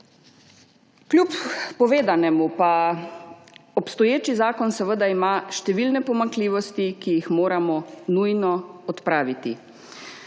Kljub povedanemu pa ima obstoječi zakon številne pomanjkljivosti, ki jih moramo nujno odpraviti.